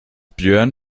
björn